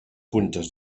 puntes